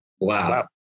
Wow